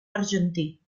argentí